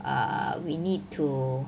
err we need to